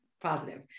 positive